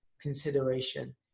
consideration